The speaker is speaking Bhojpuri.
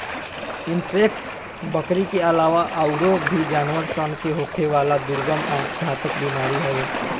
एंथ्रेक्स, बकरी के आलावा आयूरो भी जानवर सन के होखेवाला दुर्गम आ घातक बीमारी हवे